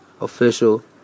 official